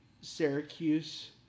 Syracuse